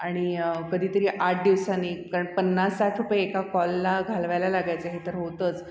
आणि कधीतरी आठ दिवसानी कारण पन्नास साठ रुपये एका कॉलला घालवायला लागायचे हे तर होतंच